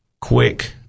quick